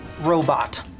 robot